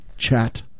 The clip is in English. Chat